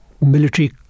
military